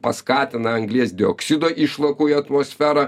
paskatina anglies dioksido išlakų į atmosferą